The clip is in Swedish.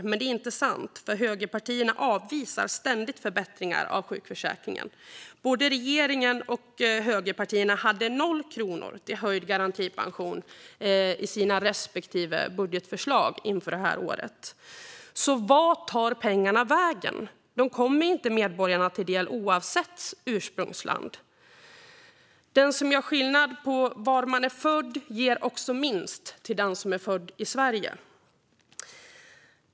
Men det är inte sant, för högerpartierna avvisar ständigt förbättringar av sjukförsäkringen. Både regeringen och högerpartierna hade noll kronor till höjd garantipension i sina respektive budgetförslag för det här året. Så vart tar pengarna vägen? De kommer ju inte medborgarna till del, oavsett ursprungsland. De som gör skillnad på var man är född ger också minst till den som är född i Sverige.